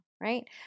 right